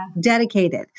dedicated